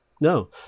no